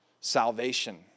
salvation